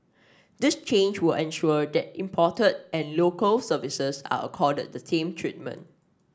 this change will ensure that imported and Local Services are accorded the same treatment